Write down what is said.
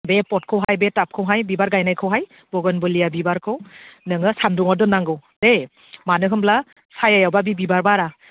बे पटखौहाय बे टाबखौहाय बिबार गायनायखौहाय बगेनभिलिया बिबारखौ नोङो सान्दुङाव दोननांगौ दै मानो होनब्ला सायायावबा बे बिबार बारा